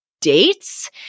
dates